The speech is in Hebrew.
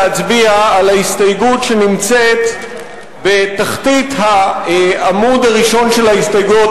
להצביע על ההסתייגות שנמצאת בתחתית העמוד הראשון של ההסתייגויות,